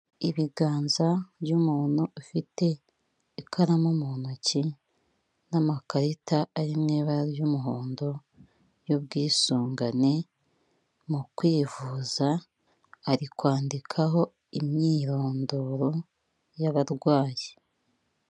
Ibiganza by'umuntu ufite ikaramu mu ntoki n'amakarita ari mu ibara ry'umuhondo y'ubwisungane mu kwivuza ari kwandikaho imyirondoro y'abarwayi.